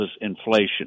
inflation